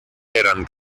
eran